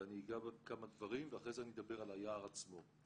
ואני אגע בכמה דברים ואחרי זה אני אדבר על היער עצמו.